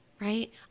right